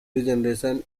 regeneration